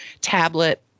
tablet